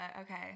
okay